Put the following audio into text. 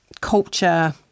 culture